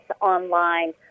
online